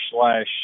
slash